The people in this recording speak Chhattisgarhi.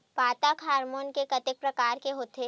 पादप हामोन के कतेक प्रकार के होथे?